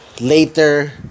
later